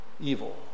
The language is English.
evil